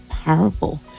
powerful